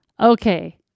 Okay